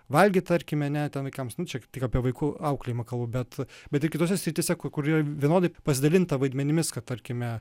valgyt tarkime ar ne ten vaikams nu čia tik apie vaikų auklėjimą kalbu bet bet ir kitose srityse kur yra vienodai pasidalinta vaidmenimis kad tarkime